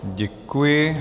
Děkuji.